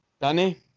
Danny